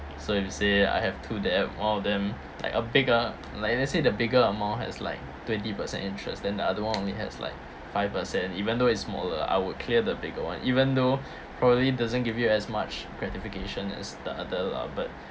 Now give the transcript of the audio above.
so if you say I have two debt one of them like a bigger like let's say the bigger amount has like twenty percent interest then the other [one] only has like five percent even though it's smaller I would clear the bigger [one] even though probably doesn't give you as much gratification as the other lah but